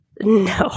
No